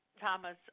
Thomas